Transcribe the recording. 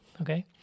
okay